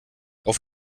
auf